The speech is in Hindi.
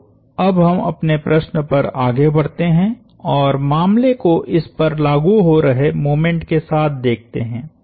तो अब हम अपने प्रश्न पर आगे बढ़ते हैं और मामले को इस पर लागु हो रहे मोमेंट के साथ देखते हैं